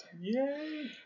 Yay